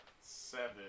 seven